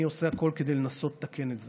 אני עושה הכול כדי לנסות לתקן את זה.